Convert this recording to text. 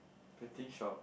betting shop